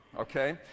Okay